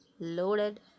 loaded